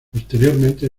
posteriormente